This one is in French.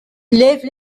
lève